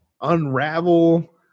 Unravel